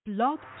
blog